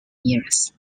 years